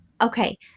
okay